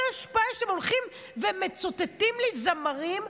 איזו השפעה יש שאתם שהולכים ומצטטים לי זמרים?